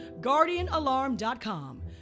GuardianAlarm.com